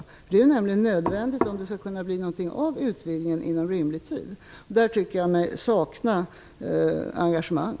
Det är nödvändigt om det skall kunna bli någonting av utvidgningen inom rimlig tid. Där tycker jag mig sakna engagemang.